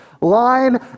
line